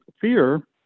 fear